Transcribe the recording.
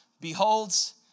beholds